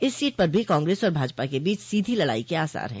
इस सीट पर भी कांग्रेस और भाजपा के बीच सीधी लड़ाई के आसार है